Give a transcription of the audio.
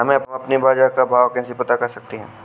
हम अपने बाजार का भाव कैसे पता कर सकते है?